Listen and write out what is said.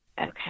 okay